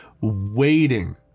waiting